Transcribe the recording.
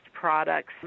products